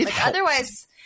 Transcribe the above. Otherwise